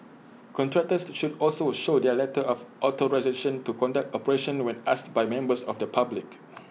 contractors should also show their letter of authorisation to conduct operations when asked by members of the public